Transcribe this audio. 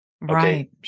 Right